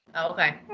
okay